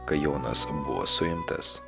kai jonas buvo suimtas